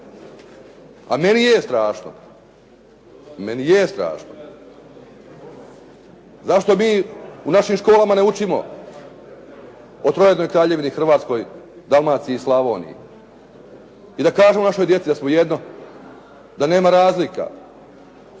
A meni je strašno. Zašto mi u našim školama ne učimo o trojedinoj Kraljevini Hrvatskoj Dalmaciji i Slavoniji i da kažemo našoj djeci da smo jedno, da nema razlika.